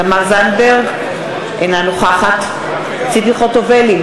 אינה נוכחת ציפי חוטובלי,